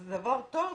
הרי זה דבר טוב,